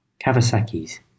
Kawasaki's